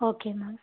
okay ma'am